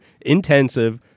intensive